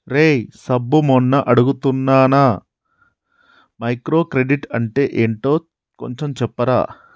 రేయ్ సబ్బు మొన్న అడుగుతున్నానా మైక్రో క్రెడిట్ అంటే ఏంటో కొంచెం చెప్పరా